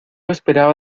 esperaba